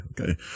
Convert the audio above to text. Okay